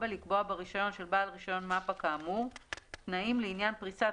לקבוע ברישיון של בעל רישיון מפ"א כאמור תנאים לעניין פריסת